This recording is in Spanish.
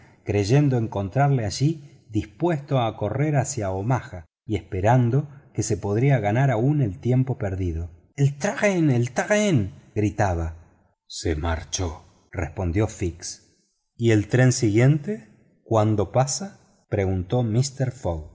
creyendo encontrarle allí dispuesto a correr hacia omaba y esperando que se podría ganar aún el tiempo perdido el tren el tren gritaba se marchó respondió fix y el tren siguiente cuándo pasa preguntó mister